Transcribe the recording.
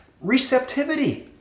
receptivity